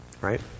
Right